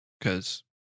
Cause